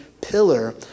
pillar